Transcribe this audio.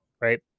Right